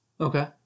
Okay